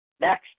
Next